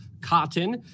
cotton